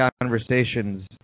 conversations